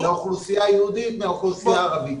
לאוכלוסייה היהודית מאשר לאוכלוסייה הערבית.